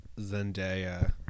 zendaya